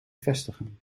vestigen